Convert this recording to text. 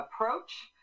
approach